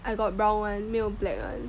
I got brown [one] 没有 black 的